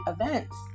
events